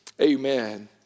Amen